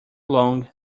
long